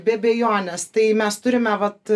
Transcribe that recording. be abejonės tai mes turime vat